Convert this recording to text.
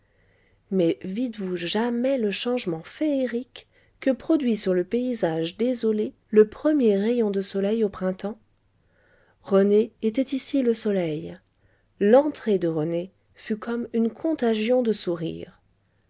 mais vîtes vous jamais le changement féerique que produit sur le paysage désolé le premier rayon de soleil au printemps rené était ici le soleil l'entrée de rené fut comme une contagion de sourires